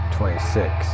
Twenty-six